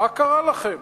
מה קרה לכם?